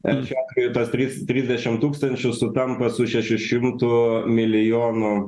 šiuo atveju tuos tris trisdešim tūkstančių sutampa su šešių šimtų milijonų